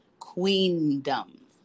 queendom